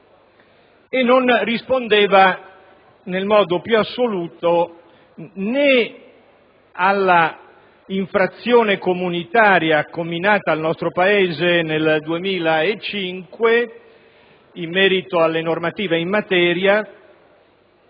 e non rispondeva, nel modo più assoluto, né alla procedura di infrazione comunitaria comminata al nostro Paese nel 2005 in merito alle normative in materia